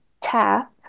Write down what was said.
tap